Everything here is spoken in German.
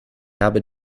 habe